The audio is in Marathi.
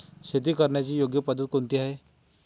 शेती करण्याची योग्य पद्धत कोणती आहे?